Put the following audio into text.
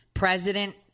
President